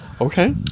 Okay